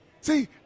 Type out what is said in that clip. See